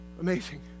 amazing